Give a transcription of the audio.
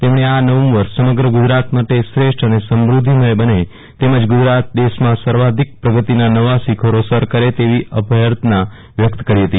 તેમણે આ નવું વર્ષ સમગ્ર ગુજરાત માટે શ્રેષ્ઠ અને સમૃદ્ધિ મય બને તેમજ ગુજરાત દેશમાં સર્વાધિક પ્રગતિ ના નવા શિખરો સર કરે તેવી અભ્યર્થના વ્યક્ત કરી હતી